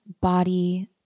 body